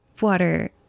water